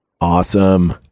Awesome